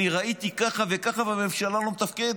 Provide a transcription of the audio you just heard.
אני ראיתי ככה וככה, והממשלה לא מתפקדת.